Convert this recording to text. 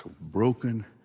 broken